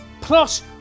Plus